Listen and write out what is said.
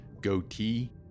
goatee